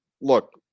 look